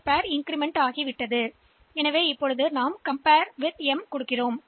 L ஜோடி அதிகரிக்கப்படுகிறது மேலும் எம் உடன் ஒப்பிடுகிறோம்